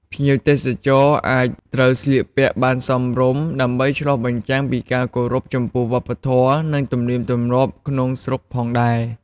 ភ្ញៀវទេសចរក៏ត្រូវស្លៀកពាក់ឲ្យបានសមរម្យ ដើម្បីឆ្លុះបញ្ចាំងពីការគោរពចំពោះវប្បធម៌ និងទំនៀមទម្លាប់ក្នុងស្រុកផងដែរ។